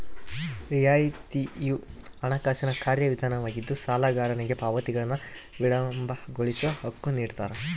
ರಿಯಾಯಿತಿಯು ಹಣಕಾಸಿನ ಕಾರ್ಯವಿಧಾನವಾಗಿದ್ದು ಸಾಲಗಾರನಿಗೆ ಪಾವತಿಗಳನ್ನು ವಿಳಂಬಗೊಳಿಸೋ ಹಕ್ಕು ನಿಡ್ತಾರ